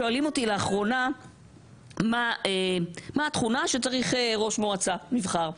שואלים אותי לאחרונה מה התכונה שצריך ראש מועצה נבחר.